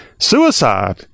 Suicide